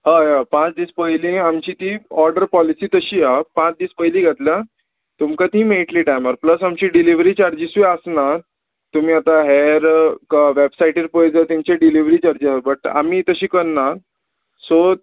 हय हय पांच दीस पयलीं आमची ती ऑर्डर पॉलिसी तशी आहा पांच दीस पयलीं घातल्या तुमकां ती मेळटली टायमार प्लस आमची डिलीवरी चार्जीसूय आसनात तुमी आतां हेर वेबसायटीर पळय जर तेंची डिलीवरी चार्जीस आसा बट आमी तशी करनात सो